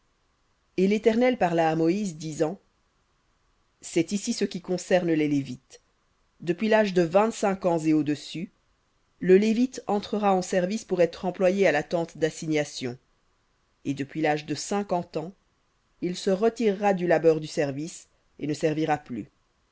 et l'éternel parla à moïse disant cest ici ce qui concerne les lévites depuis l'âge de vingt-cinq ans et au-dessus entrera en service pour être employé à la tente dassignation et depuis l'âge de cinquante ans il se retirera du labeur du service et ne servira plus